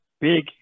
big